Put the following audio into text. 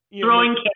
Throwing